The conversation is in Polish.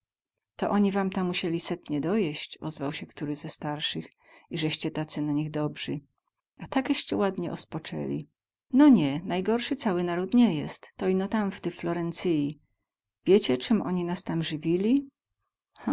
to oni wam ta musieli setnie dojeść ozwał się któryś ze starszych izeście tacy na nich dobrzy a takeście ładnie ozpocęli no nie najgorsy cały naród nie jest to ino tam w ty florencyi wiecie cym oni nas tam zywili